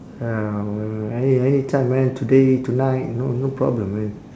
ya uh any any time man today tonight no no problem man